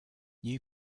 new